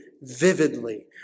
vividly